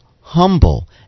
humble